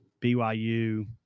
BYU